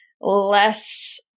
less